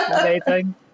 Amazing